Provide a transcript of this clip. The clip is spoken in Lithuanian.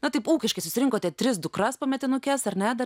na taip ūkiškai susirinkote tris dukras pametinukes ar ne dar